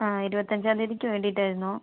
ആ ഇരുപത്തഞ്ചാം തീയതിക്ക് വേണ്ടീട്ടായിരുന്നു